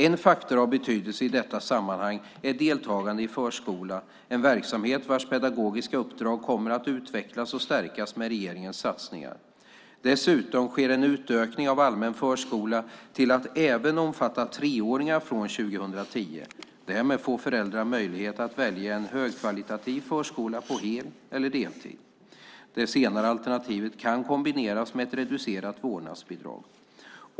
En faktor av betydelse i detta sammanhang är deltagande i förskola, en verksamhet vars pedagogiska uppdrag kommer att utvecklas och stärkas med regeringens satsningar. Dessutom sker en utökning av allmän förskola till att även omfatta treåringar från 2010. Därmed får föräldrar möjlighet att välja en högkvalitativ förskola på hel eller deltid. Det senare alternativet kan kombineras med ett reducerat vårdnadsbidrag.